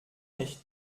nicht